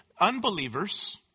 unbelievers